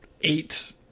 eight